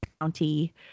County